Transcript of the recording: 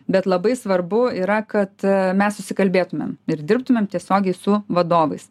bet labai svarbu yra kad mes susikalbėtumėm ir dirbtumėm tiesiogiai su vadovais